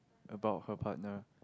about her partner